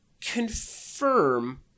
confirm